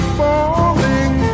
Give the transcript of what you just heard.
falling